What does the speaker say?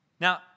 Now